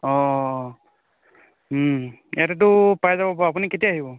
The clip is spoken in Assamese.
অঁ ইয়াতেতো পাই যাব আপুনি কেতিয়া আহিব